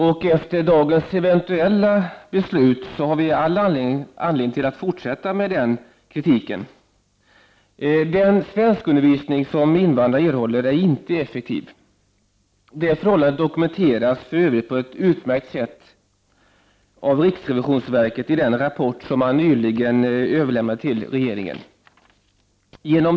Och efter dagens eventuella beslut har vi all anledning att fortsätta med den kritiken. Den svenskundervisning som invandrarna erhåller är inte effektiv. Det förhållandet dokumenteras för övrigt på ett utmärkt sätt av riksrevisionsverket i den rapport som man nyligen överlämnade till regeringen.